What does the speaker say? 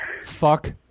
Fuck